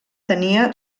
tenia